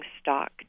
stock